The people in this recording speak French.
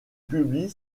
publie